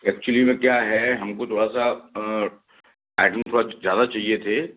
actually में क्या है हम को थोड़ा सा आइटम थोड़ा ज़्यादा चाहिए थे